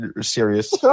serious